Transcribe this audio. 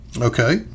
okay